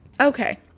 Okay